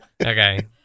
Okay